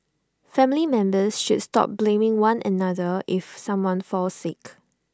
family members should stop blaming one another if someone falls sick